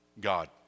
God